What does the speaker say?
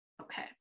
Okay